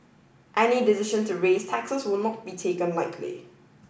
any decision to raise taxes will not be taken lightly